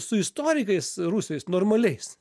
su istorikais rusais normaliais